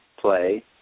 play